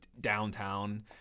downtown